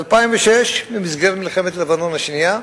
ב-2006, במסגרת מלחמת לבנון השנייה,